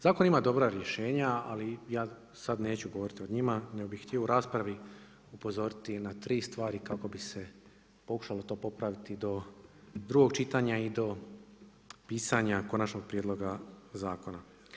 Zakon ima dobra rješenja, ali ja sad neću govoriti o njima, nego bi htio u raspravi upozoriti na 3 stvari kako bi se pokušalo to popraviti do 2 čitanja i do pisanja konačnog prijedloga zakona.